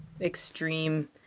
extreme